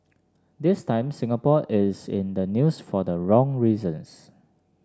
this time Singapore is in the news for the wrong reasons